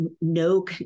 no